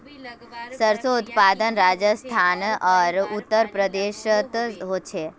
सर्सोंर उत्पादन राजस्थान आर उत्तर प्रदेशोत होचे